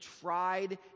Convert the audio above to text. tried